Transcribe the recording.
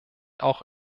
auch